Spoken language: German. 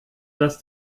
das